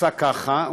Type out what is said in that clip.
עשה ככה,